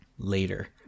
later